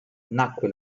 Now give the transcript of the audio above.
nacque